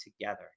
together